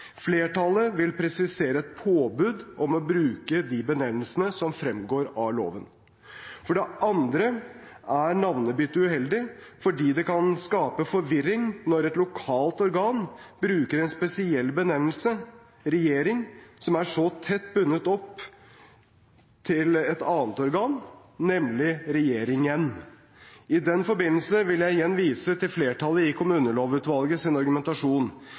Flertallet vil presisere et påbud om å bruke de benevnelsene som fremgår av loven. For det andre er navnebyttet uheldig fordi det kan skape forvirring når et lokalt organ bruker en spesiell benevnelse – «regjering» – som er så tett bundet opp til et annet organ, nemlig regjeringen. I den forbindelse vil jeg igjen vise til argumentasjonen fra flertallet i Kommunelovutvalget.